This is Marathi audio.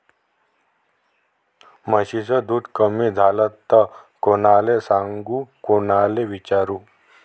म्हशीचं दूध कमी झालं त कोनाले सांगू कोनाले विचारू?